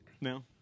No